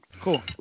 Cool